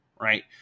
right